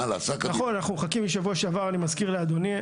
אנחנו מחכים משבוע שעבר, אני מזכיר לאדוני.